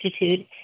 Institute